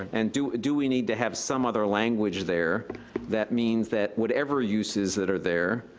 and do do we need to have some other language there that means that whatever uses that are there,